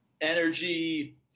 Energy